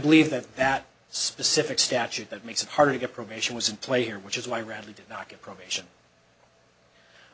believe that that specific statute that makes it harder to get probation was in play here which is why radley did not get probation